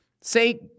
say